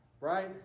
Right